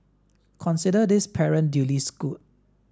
consider this parent duly schooled